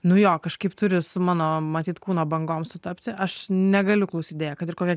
nu jo kažkaip turi su mano matyt kūno bangom sutapti aš negaliu klausyt deja kad ir kokia